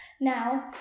Now